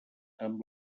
amb